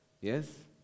yes